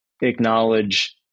acknowledge